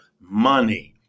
money